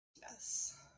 Yes